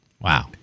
Wow